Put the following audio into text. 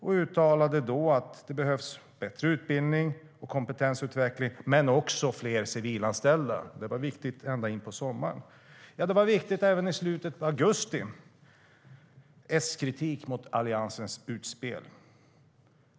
Han framhöll då att det behövs bättre utbildning och kompetensutveckling, men också fler civilanställda. Det var viktigt ända in på sommaren. Det var viktigt även i slutet av augusti: "S-kritik mot Alliansens utspel".